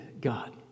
God